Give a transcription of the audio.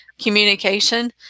communication